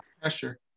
pressure